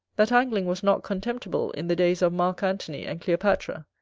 that angling was not contemptible in the days of mark antony and cleopatra,